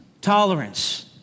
tolerance